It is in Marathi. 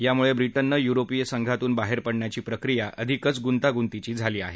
यामुळे ब्रिजेनं युरोपीय संघातून बाहेर पडण्याची प्रक्रिया अधिकच गुंतागुतीची झाली आहे